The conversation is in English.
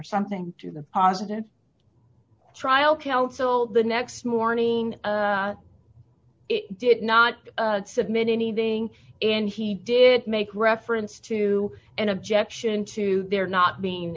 something to the positive trial counsel the next morning it did not submit anything and he did make reference to an objection to their not being